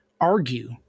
argue